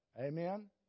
Amen